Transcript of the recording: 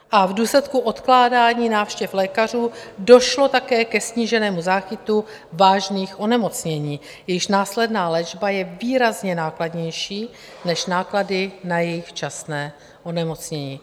A v důsledku odkládání návštěv lékařů došlo také ke sníženému záchytu vážných onemocnění, jejichž následná léčba je výrazně nákladnější než náklady na jejich včasné onemocnění .